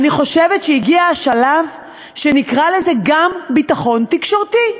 אני חושבת שהגיע השלב שנקרא לזה גם "ביטחון תקשורתי".